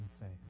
faith